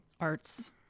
arts